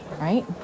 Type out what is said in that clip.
right